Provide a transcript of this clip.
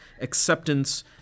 acceptance